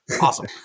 Awesome